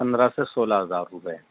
پندرہ سے سولہ ہزار روپیے